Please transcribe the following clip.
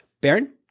Baron